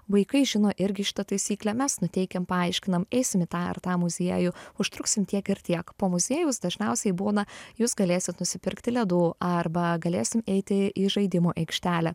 vaikai žino irgi šitą taisyklę mes nuteikiam paaiškinam eisim į tą ar tą muziejų užtruksim tiek ir tiek po muziejaus dažniausiai būna jūs galėsit nusipirkti ledų arba galėsim eiti į žaidimų aikštelę